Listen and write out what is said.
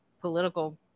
political